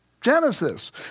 Genesis